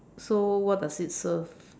so what does it serve